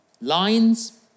lines